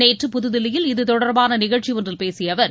நேற்று புதுதில்லியில் இது தொடர்பான நிகழ்ச்சி ஒன்றில் பேசிய அவர்